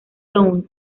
dong